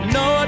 no